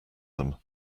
them